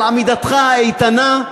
על עמידתך האיתנה,